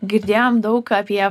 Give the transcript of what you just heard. girdėjom daug apie